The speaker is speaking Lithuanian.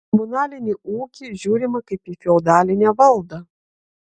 į komunalinį ūkį žiūrima kaip į feodalinę valdą